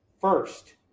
first